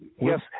yes